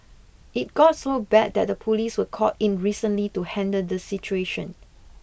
it got so bad that the police were called in recently to handle the situation